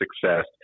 success